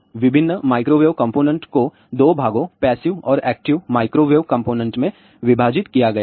विभिन्न microwave component को दो भागों पैसिव और एक्टिव माइक्रोवेव कॉम्पोनेंट में विभाजित किया गया है